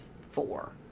four